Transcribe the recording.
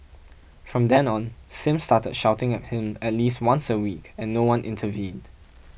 from then on Sim started shouting at him at least once a week and no one intervened